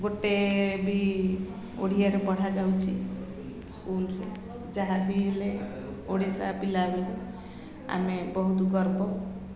ଗୋଟେ ବି ଓଡ଼ିଆରେ ପଢ଼ାଯାଉଛି ସ୍କୁଲ୍ରେ ଯାହାବି ହେଲେ ଓଡ଼ିଶା ପିଲାବେଳେ ଆମେ ବହୁତ ଗର୍ବ